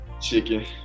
Chicken